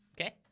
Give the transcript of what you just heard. okay